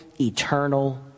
eternal